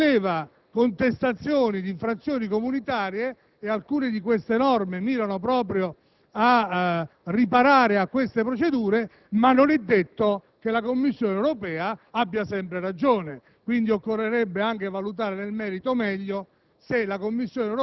tra l'altro, solleva contestazioni di infrazioni comunitarie e alcune di queste norme mirano proprio a riparare a tali procedure, ma non è detto che la Commissione europea abbia sempre ragione. Quindi, occorrerebbe anche valutare meglio